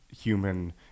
human